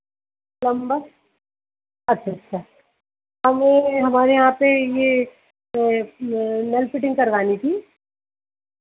plumber अच्छा अच्छा हमें हमारे यहाँ पे ये नल फ़िटिंग करवानी थी